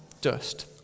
dust